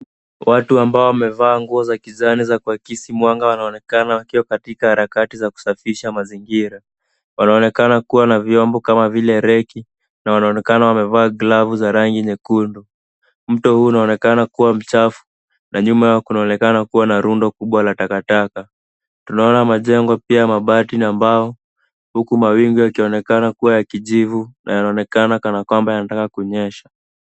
Watu ambao wamevaa nguo za kijani za kuakisi mwanga wanaonekana wakiwa kwenye harakati za kusafisha mazingira. Wanaonekana kuwa na vyombo kama vile reki na wanaonekana kuwa wamevaa glavu za rangi nyekundu. Mto huu unaonekana kuwa mchafu na nyuma yao kunaonekana kuwa na rundo kubwa la takataka. Tunaona majengo pia mabati na mbao huku mawingu yakionekana kuwa ya kijivu na yanaonekana kana kwamba yanataka kunyesha.